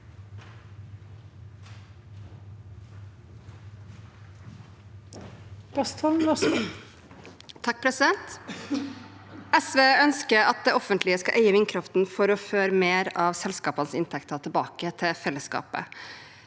SV ønsker at det offentlige skal eie vindkraften for å føre mer av selskapenes inntekter tilbake til fellesskapet.